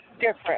different